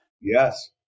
Yes